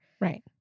Right